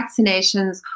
vaccinations